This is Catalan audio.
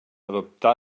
adoptà